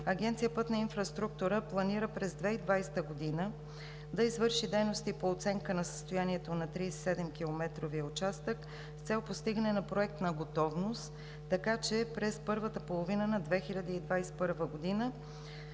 Агенция „Пътна инфраструктура“ планира през 2020 г. да извърши дейности по оценка на състоянието на 37-километровия участък с цел постигане на проектна готовност, така че през първата половина на 2021 г. да